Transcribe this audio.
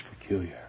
peculiar